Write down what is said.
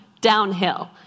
downhill